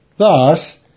Thus